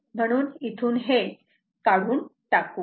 म्हणून इथून हे काढुन टाकु